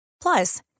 Plus